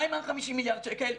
מה עם ה-50 מיליארד שקל?